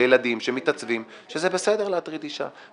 לילדים שמתעצבים שזה בסדר להטריד אשה,